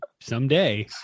someday